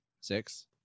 Six